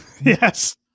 Yes